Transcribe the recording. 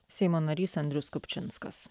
seimo narys andrius kupčinskas